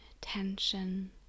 tension